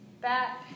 back